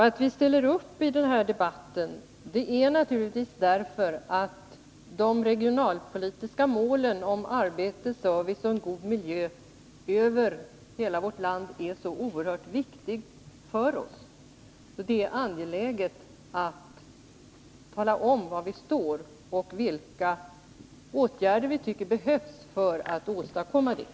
Att vi deltar i den här debatten beror naturligtvis på att de regionalpolitiska målen avseende arbete, service och en god miljö över hela vårt land är så oerhört viktiga för oss. Det är angeläget att tala om var vi står och vilka åtgärder vi tycker behövs för att nå de målen.